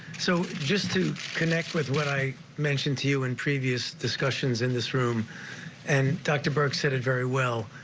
so just to connect with what i mentioned to you in discussions in this room and dr. birx said it very well,